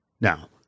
Now